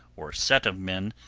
or set of men,